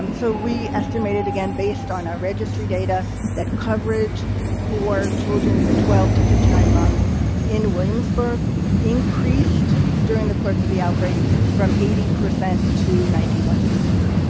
um so, we estimated again based on our registry data that coverage for children twelve to fifty nine months in williamsburg increased during the course of the outbreak from eighty percent to ninety one.